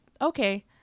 okay